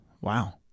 Wow